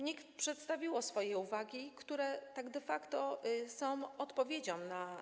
NIK przedstawiła swoje uwagi, które de facto są odpowiedzią na.